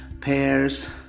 pears